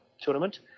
tournament